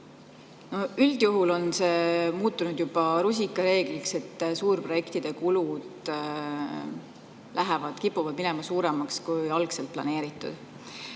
Üldjuhul on see muutunud juba rusikareegliks, et suurprojektide kulud kipuvad minema suuremaks, kui algselt planeeritud.